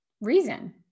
reason